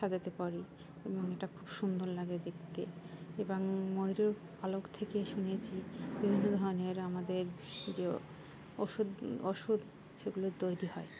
সাজাতে পারি এবং এটা খুব সুন্দর লাগে দেখতে এবং ময়ূরের পালক থেকে শুনেছি বিভিন্ন ধরনের আমাদের যে ওষুধ ওষুধ সেগুলো তৈরি হয়